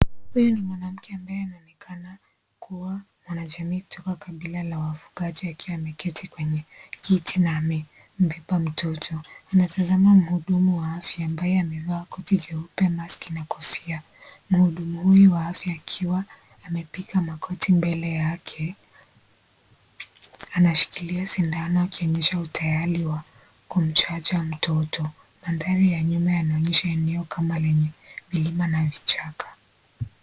Huyu ni mwanamke ambaye anaonekana kuwa mwanajamii kutoka kabila la wafugaji akiwa ameketi kwenye kiti na amembeba mtoto . Anatazama mhudumu wa afya ambaye amevaa koti jeupe maski na kofia . Mhudumu huyu wa afya akiwa amepiga magoti mbele yake , anashikilia sindano akionyesha utayari wa kumchanja mtoto. Mandhari ya nyuma yanaonyesha eneo kama lenye milima na vichaka.